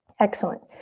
excellent.